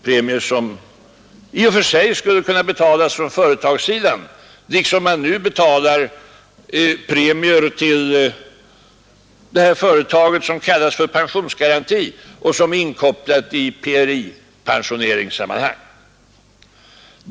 Premierna skulle i och för sig kunna betalas av företagen, liksom dessa ju betalar premier till något som kallas pensionsgaranti och som är inkopplat i PRI-pensioneringssammanhang.